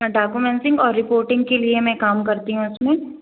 documenting और reporting के लिए काम करती हूँ मैं इसमें